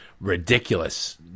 ridiculous